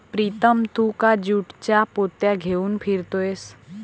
प्रीतम तू का ज्यूटच्या पोत्या घेऊन फिरतोयस